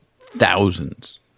thousands